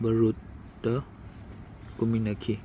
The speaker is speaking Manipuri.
ꯚꯥꯔꯨꯠꯇ ꯀꯨꯝꯃꯤꯟꯅꯈꯤ